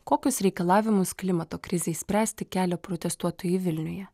kokius reikalavimus klimato krizei spręsti kelia protestuotojai vilniuje